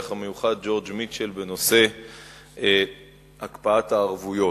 המיוחד ג'ורג' מיטשל בנושא הקפאת הערבויות.